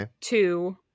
two